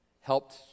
helped